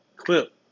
clip